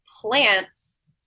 plants